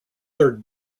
third